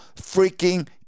freaking